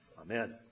Amen